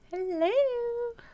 hello